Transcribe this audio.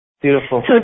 Beautiful